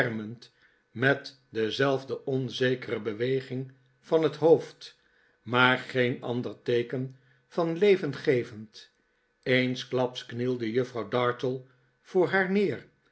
met dezelfde onzekere beweging van het hoofd maar geen ander teeken van leven gevend eensklaps knielde juffrouw dartle voor haar neer